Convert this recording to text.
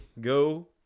Go